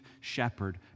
shepherd